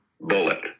bullet